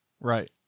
Right